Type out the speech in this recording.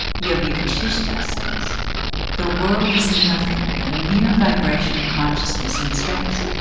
yoga vasista says the world is nothing but a mere vibration of consciousness in space.